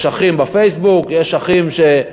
אז יש אחים בפייסבוק, יש אחים ש,